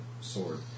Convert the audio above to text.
sword